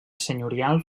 senyorial